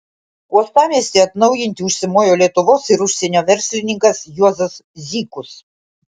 uostamiestį atnaujinti užsimojo lietuvos ir užsienio verslininkas juozas zykus